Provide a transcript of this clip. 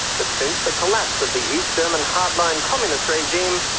but since the collapse of the east german hardline communist regime,